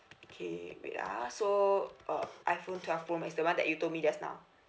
okay wait ah so uh iphone twelve phone it's the [one] that you told me just now